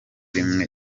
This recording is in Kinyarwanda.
rimwe